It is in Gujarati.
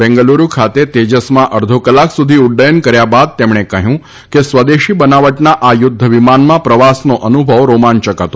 બેંગલુરૂ ખાતે તેજસમાં અપ્પધો કલાક સુધી ઉક્રયન કર્યા બાદ તેમણે કહ્યું કે સ્વદેશી બનાવટના આ યુદ્ધ વિમાનમાં પ્રવાસનો અનુભવ રોમાંચક હતો